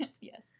Yes